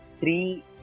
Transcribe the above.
three